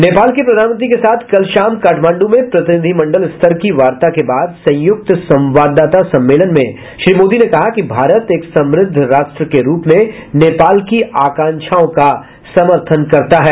नेपाल के प्रधानमंत्री के साथ कल शाम काठमांड् में प्रतिनिधिमंडल स्तर की वार्ता के बाद संयुक्त संवाददाता सम्मेलन में श्री मोदी ने कहा कि भारत एक समृद्ध राष्ट्र के रूप में नेपाल की आकांक्षाओं का समर्थन करता है